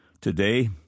Today